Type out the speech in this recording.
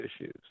issues